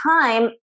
time